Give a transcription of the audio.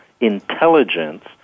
intelligence